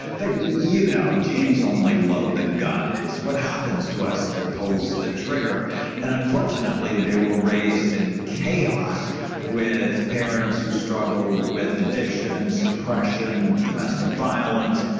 but you know genes only load the gun. it's what happens to us that pulls the trigger and unfortunately, they were raised in chaos with parents who struggled with addictions, depression domestic violence.